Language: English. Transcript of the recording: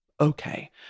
Okay